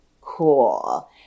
cool